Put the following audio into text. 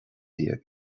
déag